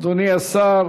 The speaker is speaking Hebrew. אדוני השר